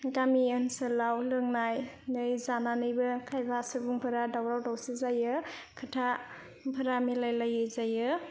गामि ओनसोलाव लोंनानै जानानैबो खायफा सुबुंफोरा दावराव दावसिबो जायो खोथाफोरा मिलायलायै जायो